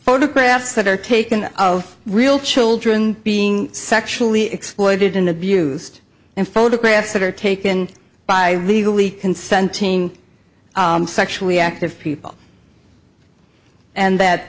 photographs that are taken of real children being sexually exploited and abused in photographs that are taken by legally consenting sexually active people and that